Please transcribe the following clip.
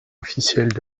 officielles